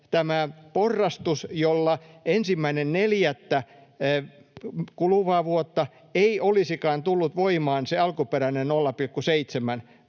tämä porrastus, jolla 1.4. kuluvaa vuotta ei olisikaan tullut voimaan se alkuperäinen 0,7, vaan